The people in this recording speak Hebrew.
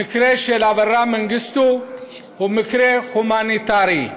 המקרה של אברה מנגיסטו הוא מקרה הומניטרי.